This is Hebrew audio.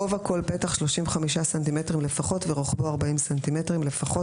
גובה כל פתח 35 סנטימטרים לפחות ורוחבו 40 סנטימטרים לפחות.